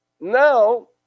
Now